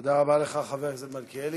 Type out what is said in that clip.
תודה רבה לך, חבר הכנסת מלכיאלי.